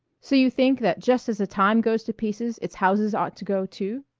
so you think that just as a time goes to pieces its houses ought to go too?